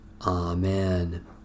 Amen